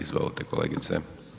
Izvolite kolegice.